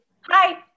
Hi